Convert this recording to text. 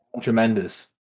tremendous